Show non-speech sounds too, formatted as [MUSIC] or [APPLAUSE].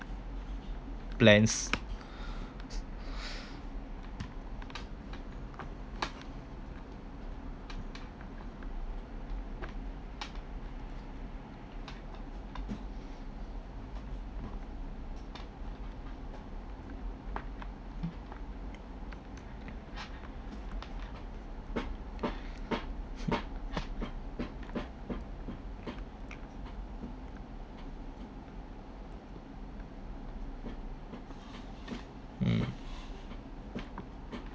plans [BREATH] mm